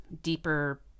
deeper